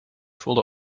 voelde